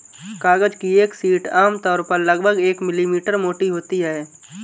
कागज की एक शीट आमतौर पर लगभग एक मिलीमीटर मोटी होती है